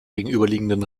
gegenüberliegenden